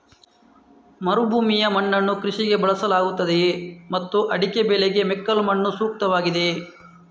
ಮರುಭೂಮಿಯ ಮಣ್ಣನ್ನು ಕೃಷಿಗೆ ಬಳಸಲಾಗುತ್ತದೆಯೇ ಮತ್ತು ಅಡಿಕೆ ಬೆಳೆಗೆ ಮೆಕ್ಕಲು ಮಣ್ಣು ಸೂಕ್ತವಾಗಿದೆಯೇ?